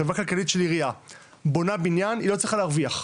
חברה כלכלית של עירייה מסוימת בונה בניין היא לא צריכה להרוויח,